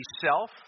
self